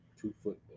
two-foot